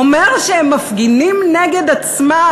אומר שהם מפגינים נגד עצמם,